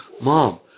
Mom